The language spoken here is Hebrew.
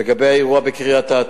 לגבי האירוע בקריית-אתא.